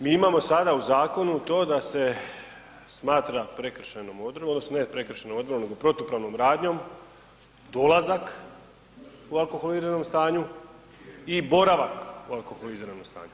Mi imamo sada u zakonu to da se smatram prekršajnom odredbom odnosno ne prekršajnom odredbom nego protupravnom radnjom, dolazak u alkoholiziranom stanju i boravak u alkoholiziranom stanju.